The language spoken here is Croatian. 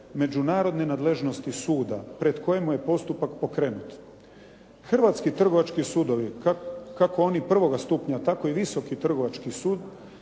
međunarodne nadležnosti suda pred kojim je postupak pokrenut. Hrvatski trgovački sudovi kako oni prvoga stupnja, tako i Visoki trgovački sud,